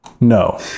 No